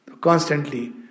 Constantly